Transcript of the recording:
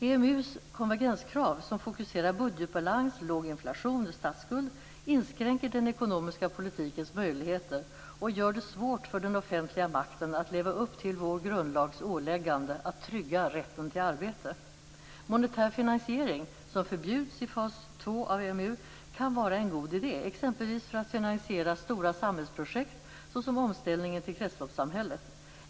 EMU:s konvergenskrav, som fokuserar budgetbalans, låg inflation och statsskuld, inskränker den ekonomiska politikens möjligheter och gör det svårt för den offentliga makten att leva upp till vår grundlags åläggande att trygga rätten till arbete. EMU, kan vara en god idé exempelvis för att finansiera stora samhällsprojekt, såsom omställningen till kretsloppssamhället.